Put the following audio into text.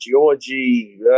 Georgie